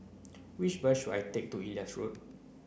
which bus should I take to Ellis Road